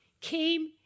came